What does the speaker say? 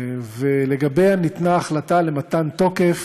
ולגביה ניתנה החלטה למתן תוקף